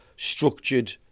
structured